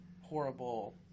horrible